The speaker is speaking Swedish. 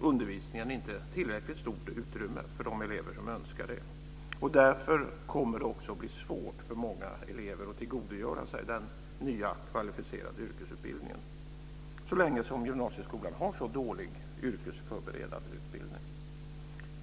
undervisningen inte tillräckligt stort utrymme för de elever som önskar det. Därför kommer det också att bli svårt för många elever att tillgodogöra sig den nya kvalificerade yrkesutbildningen så länge som gymnasieskolan har så dålig yrkesförberedande utbildning.